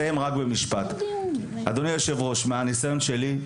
אסיים במשפט: מהניסיון שלי,